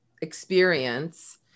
experience